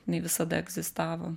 jinai visada egzistavo